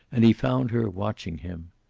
and he found her watching him.